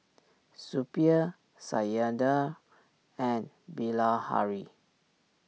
Suppiah Satyendra and Bilahari